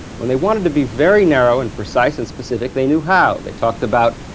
when they wanted to be very narrow and precise and specific, they knew how. they talked about